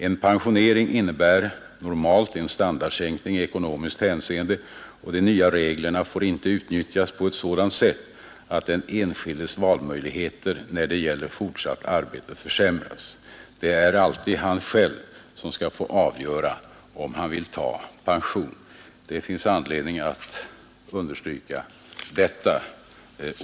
En pensionering innebär normalt en standardsänkning i ekonomiskt hänseende och de nya reglerna får inte utnyttjas på ett sådant sätt att den enskildes valmöjligheter när det gäller fortsatt arbete försämras. Det är alltid han själv som skall få avgöra om han vill ta ut pension.” Det finns anledning att åter understryka detta.